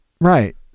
right